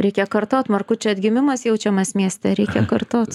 reikia kartot markučių atgimimas jaučiamas mieste reikia kartot